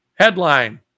Headline